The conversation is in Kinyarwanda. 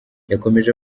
yakomeje